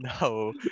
no